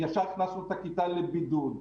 ישר הכנסנו את הכיתה לבידוד.